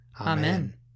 Amen